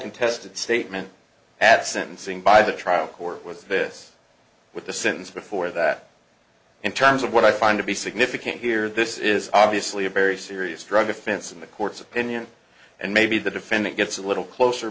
contested statement at sentencing by the trial court was this with the sentence before that in terms of what i find to be significant here this is obviously a very serious drug offense in the court's opinion and maybe the defendant gets a little closer